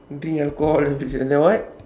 drink alcohol everyday and then what